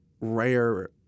rare